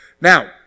Now